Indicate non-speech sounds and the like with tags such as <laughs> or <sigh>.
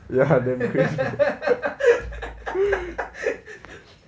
ya damn crazy <laughs>